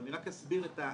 אבל אני רק אסביר את העניין,